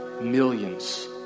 millions